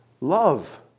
love